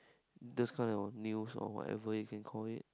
this kind you got news or whatever you can call it